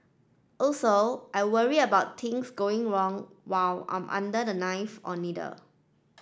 also I worry about things going wrong while I'm under the knife or needle